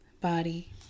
body